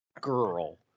girl